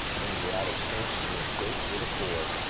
things were out of sync and he escapes with a four.